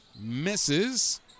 Misses